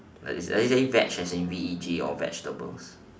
does it does it saying veg as in V E G or vegetables